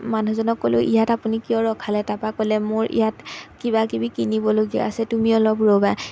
মানুহজনক ক'লোঁ ইয়াত আপুনি কিয় ৰখালে তাৰপৰা ক'লে মোৰ ইয়াত কিবা কিবি কিনিবলগীয়া আছে তুমি অলপ ৰ'বা